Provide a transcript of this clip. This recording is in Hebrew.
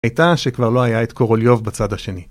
הייתה שכבר לא הייתה את קורוליוב בצד השני.